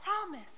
promise